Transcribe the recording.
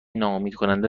ناامیدکننده